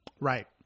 Right